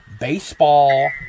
baseball